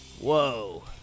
whoa